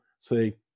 say